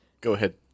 go-ahead